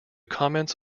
comments